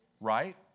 right